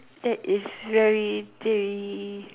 that is very terri~